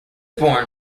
born